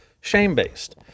shame-based